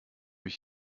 mich